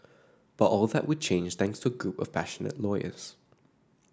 but all that would change thanks to a group of passionate lawyers